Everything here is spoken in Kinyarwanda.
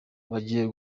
bagiye